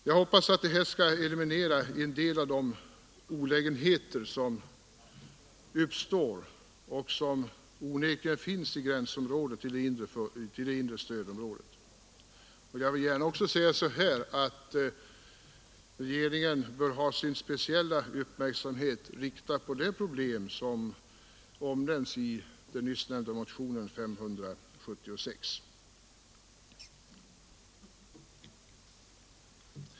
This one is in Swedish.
Jag hoppas att det skall eliminera en del av de olägenheter som uppstår och som onekligen finns i gränsområdet till det inre stödområdet. Regeringen bör ha speciell uppmärksamhet riktad på det problem som omnämns i nyssnämnda motion nr 576.